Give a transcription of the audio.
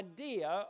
idea